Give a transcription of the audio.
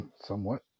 Somewhat